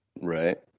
right